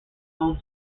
own